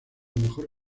mejor